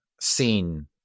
seen